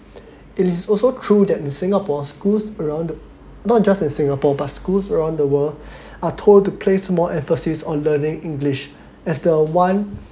it is also true that in singapore schools around not just in singapore but schools around the world are told to place more emphasis on learning english as the one